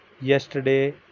yesterday